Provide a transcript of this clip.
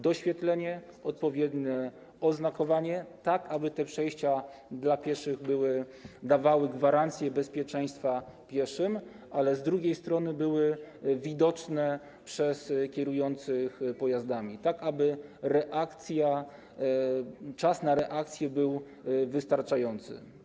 Doświetlenie, odpowiednie oznakowanie, tak aby przejścia dla pieszych dawały gwarancję bezpieczeństwa pieszym, ale z drugiej strony, by były widoczne przez kierujących pojazdami, tak aby czas na reakcję był wystarczający.